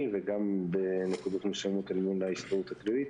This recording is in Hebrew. וגם בנקודות מסוימות אל מול ההסתדרות הכללית,